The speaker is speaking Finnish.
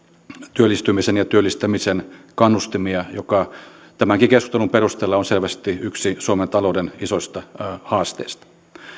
työllistymisen ja työllistämisen kannustimia joka tämänkin keskustelun perusteella on selvästi yksi suomen talouden isoista haasteista